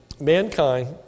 mankind